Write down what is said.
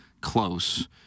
close